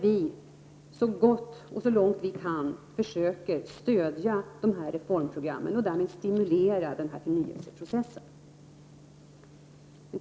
Så långt vi kan försöker vi stödja dessa reformprogram och därmed stimulera denna förnyelseprocess.